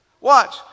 Watch